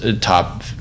top